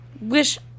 wish